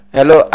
Hello